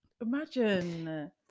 Imagine